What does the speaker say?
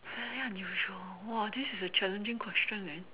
fairly unusual !wah! this is a very challenging question man